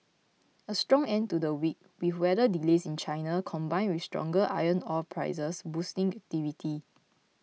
a strong end to the week with weather delays in China combined with stronger iron ore prices boosting activity